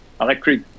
electric